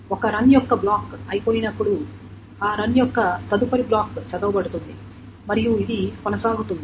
ఒక రన్ యొక్క బ్లాక్ అయిపోయినప్పుడు ఆ రన్ యొక్క తదుపరి బ్లాక్ చదవబడుతుంది మరియు ఇది కొనసాగుతుంది